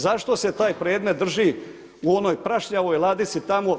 Zašto se taj predmet drži u onom prašnjavoj ladici tamo?